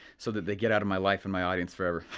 so that they get outta my life and my audience forever.